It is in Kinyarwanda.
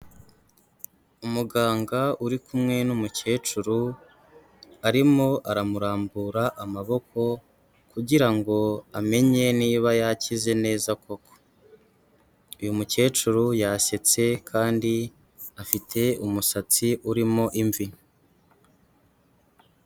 Umuganga uri kumwe n'umukecuru, arimo aramurambura amaboko kugira ngo amenye niba yakize neza koko, uyu mukecuru yasetse kandi afite umusatsi urimo imvi.